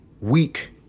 weak